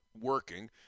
Working